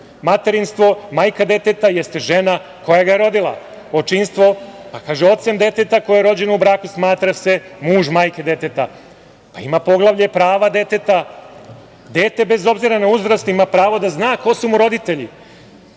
Materinstvo – majka deteta jeste žena koja ga je rodila. Očinstvo, kaže – ocem deteta koje je rođeno u braku smatra se muž majke deteta. Ima poglavlje – prava deteta: dete bez obzira na uzrast ima pravo da zna ko su mu roditelji.